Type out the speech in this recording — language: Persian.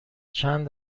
چند